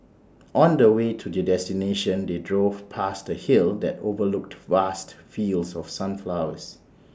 on the way to their destination they drove past A hill that overlooked vast fields of sunflowers